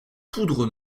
poudre